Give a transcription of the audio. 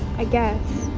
i guess